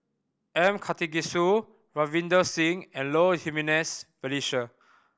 M Karthigesu Ravinder Singh and Low Jimenez Felicia